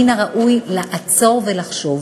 מן הראוי לעצור ולחשוב.